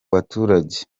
baturage